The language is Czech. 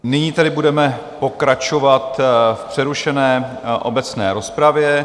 Nyní tedy budeme pokračovat v přerušené obecné rozpravě.